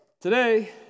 today